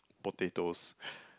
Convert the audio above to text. potatoes